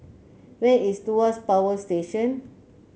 where is Tuas Power Station